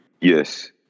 Yes